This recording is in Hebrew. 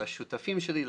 לשותפים שלי,